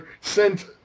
sent